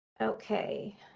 Okay